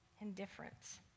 Indifference